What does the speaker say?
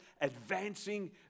advancing